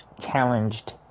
challenged